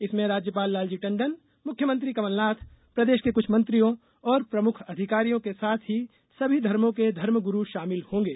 इसमें राज्यपाल लालजी टंडन मुख्यमंत्री कमलनाथ प्रदेष के कुछ मंत्रियों और प्रमुख अधिकारियों के साथ ही सभी धर्मो के धर्म गुरू षामिल होंगे